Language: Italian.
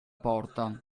porta